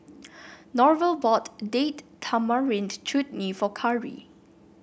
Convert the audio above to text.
Norval bought Date Tamarind Chutney for Karri